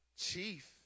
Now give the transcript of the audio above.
chief